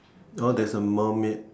oh there's a mermaid